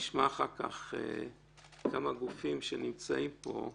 נשמע אחר כך כמה גופים שנמצאים פה.